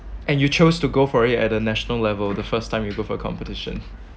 and you chose to go for it at a national level the first time you go for a competition